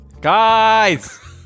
Guys